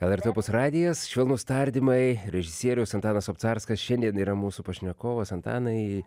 lrt opus radijas švelnūs tardymai režisierius antanas obcarskas šiandien yra mūsų pašnekovas antanai